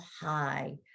high